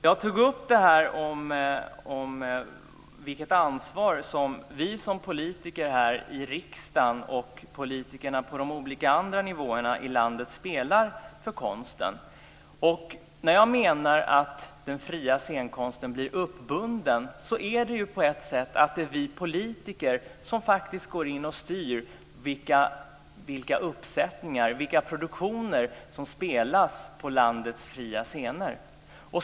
Jag har tagit upp det ansvar som vi politiker här i riksdagen och politikerna på andra nivåer i landet spelar för konsten. Jag menar att den fria scenkonsten blir uppbunden bl.a. genom att vi politiker styr vilka produktioner som framförs på landets fria scener.